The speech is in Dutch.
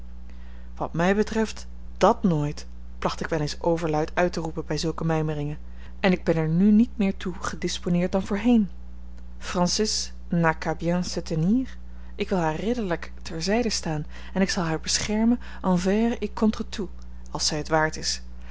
wat mij betreft dàt nooit placht ik wel eens overluid uit te roepen bij zulke mijmeringen en ik ben er nu niet meer toe gedisponeerd dan voorheen francis n'a qu'à bien se tenir ik wil haar ridderlijk ter zijde staan en ik zal haar beschermen envers et contre tous als zij het waard is